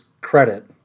credit